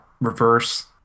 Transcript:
reverse